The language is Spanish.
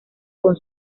con